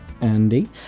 Andy